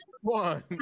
one